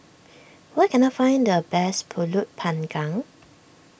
where can I find the best Pulut Panggang